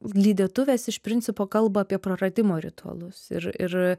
lydėtuvės iš principo kalba apie praradimo ritualus ir ir